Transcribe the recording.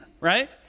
right